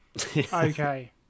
Okay